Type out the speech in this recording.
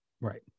Right